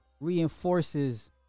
reinforces